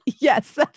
yes